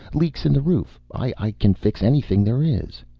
leaks in the roof. i can fix anything there is.